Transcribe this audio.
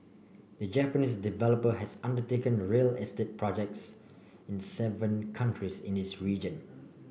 the Japanese developer has undertaken a real estate projects in seven countries in this region